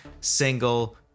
single